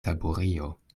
taburio